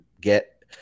Get